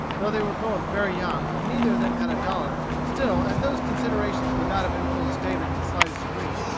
though they were both very young, and neither of them had a dollar, still as those considerations would not have influenced david in the slightest degree,